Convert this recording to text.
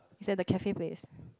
is at the cafe place